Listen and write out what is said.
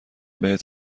بهت